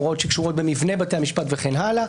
הוראות שקשורות במבנה בתי המשפט וכן הלאה.